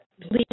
please